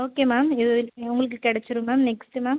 okay ma'am இது உங்களுக்கு கிடைச்சிரும் மேம் நெக்ஸ்ட்டு மேம்